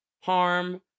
harm